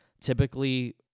Typically